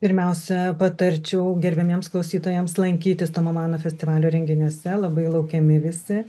pirmiausia patarčiau gerbiamiems klausytojams lankytis tomo mano festivalio renginiuose labai laukiami visi